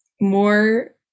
more